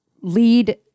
lead